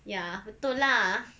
ya betul lah